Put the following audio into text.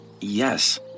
Yes